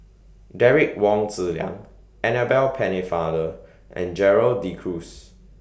Derek Wong Zi Liang Annabel Pennefather and Gerald De Cruz